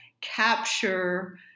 capture